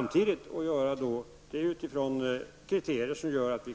Det får vi göra utifrån kriterier som gör att vi